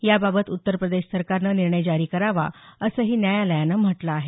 याबाबत उत्तर प्रदेश सरकारनं निर्णय जारी करावा असंही न्यायालयानं म्हटलं आहे